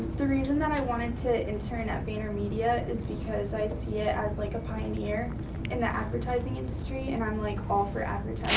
the reason that i wanted to intern at vaynermedia is because i see it as, like, a pioneer in the advertising industry, and i'm like, all for advertising,